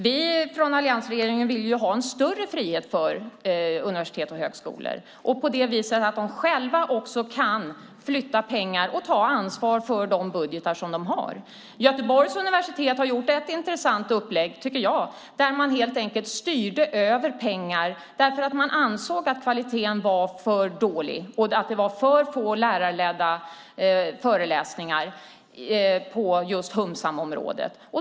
Vi i alliansregeringen vill ha en större frihet för universitet och högskolor, på det viset att de själva kan flytta pengar och ta ansvar för de budgetar som de har. Göteborgs universitet har gjort ett intressant upplägg, tycker jag. Man styrde helt enkelt över pengar därför att man ansåg att kvaliteten var för dålig och att det var för få lärarledda föreläsningar på just humsamområdet.